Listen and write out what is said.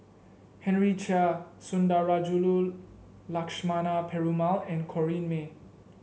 Henry Chia Sundarajulu Lakshmana Perumal and Corrinne May